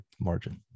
margin